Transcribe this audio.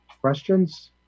Questions